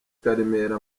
karemire